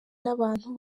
n’abantu